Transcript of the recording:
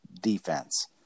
defense